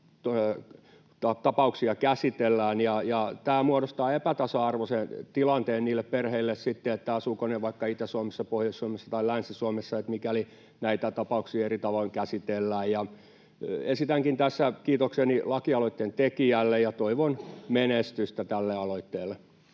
tapauksia käsitellään. Tämä muodostaa epätasa-arvoisen tilanteen perheille sillä perusteella, asuvatko ne vaikka Itä-Suomessa, Pohjois-Suomessa tai Länsi-Suomessa, mikäli näitä tapauksia eri tavoin käsitellään. Esitänkin tässä kiitokseni lakialoitteen tekijälle ja toivon menestystä tälle aloitteelle.